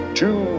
two